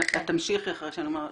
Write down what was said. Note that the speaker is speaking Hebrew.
את תמשיכי אחרי שאני אומר לך.